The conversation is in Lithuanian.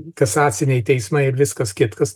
kasaciniai teismai ir viskas kitkas